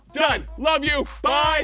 done. love you, bye!